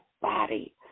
body